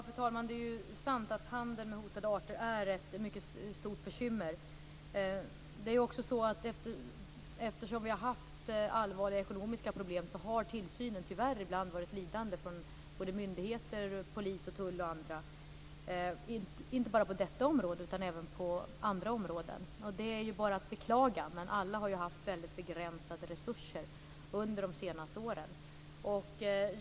Fru talman! Det är sant att handeln med hotade arter är ett mycket stort bekymmer. Det är också så att tillsynen, eftersom vi har haft allvarliga ekonomiska problem, från polis, tull och andra myndigheter tyvärr ibland blivit lidande. Det gäller inte bara på detta område utan även på andra områden. Det är bara att beklaga. Alla har ju haft väldigt begränsade resurser under de senaste åren.